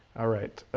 all right,